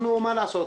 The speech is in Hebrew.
מה לעשות,